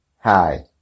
Hi